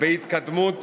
בהתקדמות